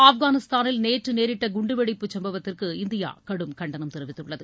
ஆப்கானிஸ்தானில் நேற்று நேரிட்ட குண்டுவெடிப்பு சம்பவத்திற்கு இந்தியா கடும் கண்டனம் தெரிவித்துள்ளது